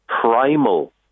primal